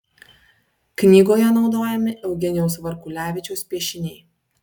knygoje naudojami eugenijaus varkulevičiaus piešiniai